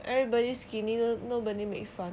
everybody skinny nobody make fun